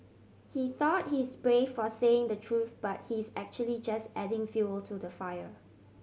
he thought he is brave for saying the truth but he is actually just adding fuel to the fire